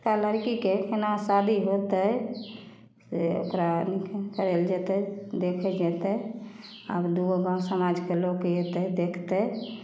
एकटा लड़कीके कोना शादी होतै से ओकरा कराएल जेतै देखै जेतै आब दुइगो गाम समाजके लोक अएतै देखतै